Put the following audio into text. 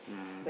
um